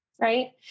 right